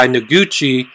Noguchi